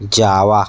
java